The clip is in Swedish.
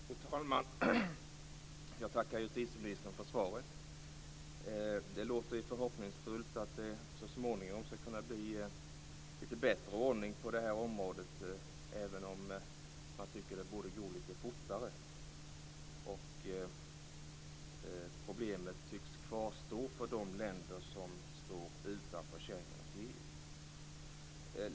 Fru talman! Jag tackar justitieministern för svaret. Det låter förhoppningsfullt att det så småningom ska kunna bli bättre ordning på detta område, även om man tycker att det borde gå fortare och problemet tycks kvarstå för de länder som står utanför Schengen och EU.